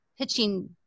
pitching